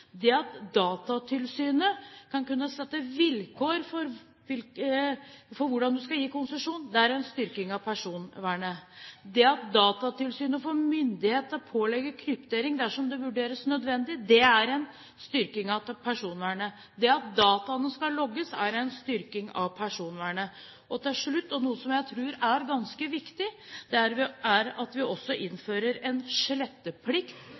Det at Datatilsynet skal kunne sette vilkår for hvordan en skal kunne gi konsesjon, er en styrking av personvernet. Det at Datatilsynet får myndighet til å pålegge kryptering dersom det vurderes nødvendig, er en styrking av personvernet. Det at dataene skal logges, er en styrking av personvernet. Til slutt er det noe som jeg tror er ganske viktig, og det er at vi innfører en sletteplikt. Det er også en